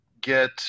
get